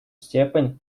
степень